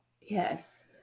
Yes